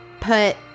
put